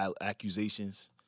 accusations